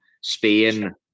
Spain